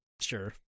Sure